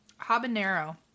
habanero